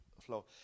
flow